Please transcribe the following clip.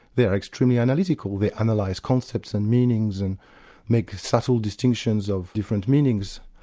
they're extremely analytical. they analyse concepts and meanings and make subtle distinctions of different meanings.